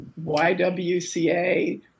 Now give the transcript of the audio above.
YWCA